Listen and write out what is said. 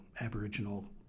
Aboriginal